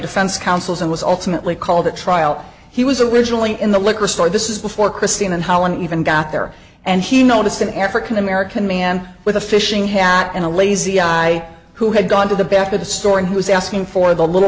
defense counsels and was ultimately called the trial he was originally in the liquor store this is before christine and how and even got there and he noticed an african american man with a fishing hat and a lazy eye who had gone to the back of the store and he was asking for the little